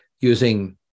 using